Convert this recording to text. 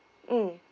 mm